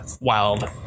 wild